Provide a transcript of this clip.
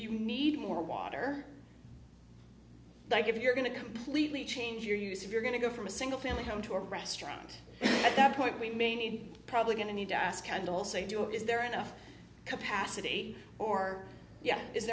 you need more water like if you're going to completely change your use of you're going to go from a single family home to a restaurant at that point we may need probably going to need to ask and also do is there enough capacity or